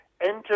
enter